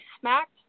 smacked